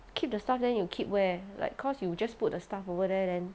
keep the stuff then you keep where like cause you just put the stuff over there then